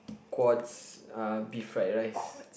courts uh beef fried rice